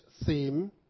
theme